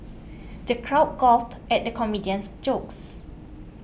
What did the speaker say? the crowd guffawed at the comedian's jokes